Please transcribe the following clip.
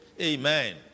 Amen